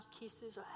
kisses